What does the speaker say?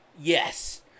Yes